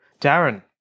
Darren